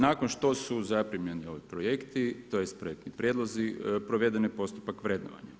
Nakon što su zaprimljeni projekt, tj. projektni prijedlozi proveden je postupak vrednovanja.